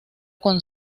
con